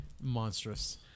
monstrous